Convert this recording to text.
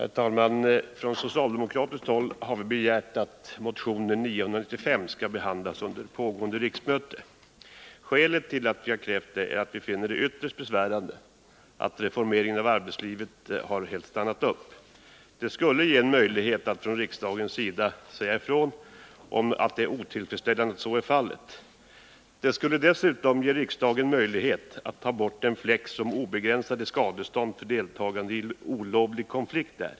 Herr talman! Från socialdemokratiskt håll har vi begärt att motion 995 skall behandlas under pågående riksmöte. Skälet till detta är att vi finner det ytterst besvärande att reformeringen av arbetslivet helt har stannat upp. En behandling av motionen nu skulle kunna ge riksdagen möjlighet att uttala sin otillfredsställelse över att så är fallet. Riksdagen skulle dessutom kunna få möjlighet att ta bort den fläck som det är att vi har obegränsade skadestånd för deltagande i olovlig konflikt.